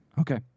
Okay